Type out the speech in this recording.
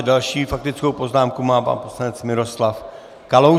Další faktickou poznámku má pan poslanec Miroslav Kalousek.